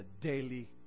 daily